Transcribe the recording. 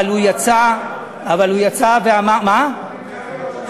אבל הוא יצא ואמר, לא חשוב.